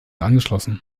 angeschlossen